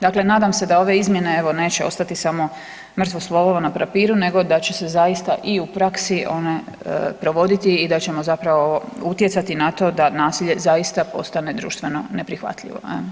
Dakle, nadam se da ove izmjene neće ostati samo mrtvo slovo na papiru nego da će se zaista i u praksi one provoditi i da ćemo zapravo utjecati na to da nasilje zaista postane društveno neprihvatljivo.